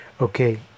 Okay